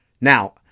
Now